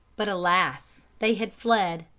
but, alas, they had fled.